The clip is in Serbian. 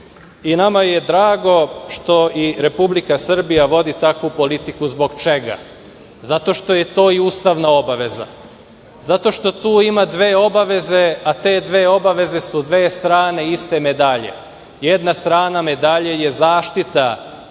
I nama je drago što i Republika Srbija vodi takvu politiku. Zbog čega? Zato što je to i ustavna obaveza. Zato što tu ima dve obaveze, a te dve obaveze su dve strane iste medalje. Jedna strana medalje je zaštita